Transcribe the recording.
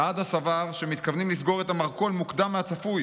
סעדה סבר שמתכוונים לסגור את המרכול מוקדם מהצפוי